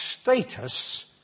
status